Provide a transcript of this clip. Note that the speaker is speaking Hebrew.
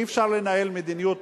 אי-אפשר לנהל מדיניות